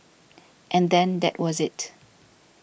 and then that was it